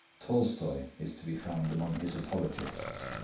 tolstoi is to be found among his apologists.